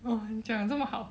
!wah! 你讲得这么好